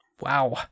Wow